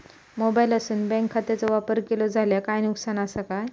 मोबाईलातसून बँक खात्याचो वापर केलो जाल्या काय नुकसान असा काय?